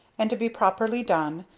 and, to be properly done,